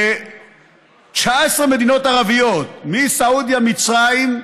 ש-19 מדינות ערביות, מסעודיה, מצרים,